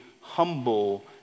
humble